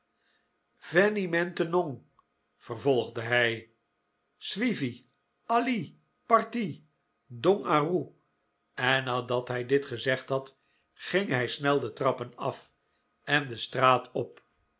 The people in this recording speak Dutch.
vervolgde hij swievy ally party dong la roe en nadat hij dit gezegd had ging hij snel de trappen af en de straat op